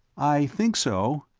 i think so.